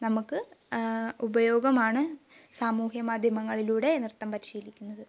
നമുക്ക് ഉപയോഗമാണ് സാമൂഹ്യ മാധ്യമങ്ങളിലൂടെ നൃത്തം പരിശീലിക്കുന്നത്